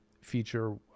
feature